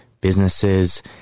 businesses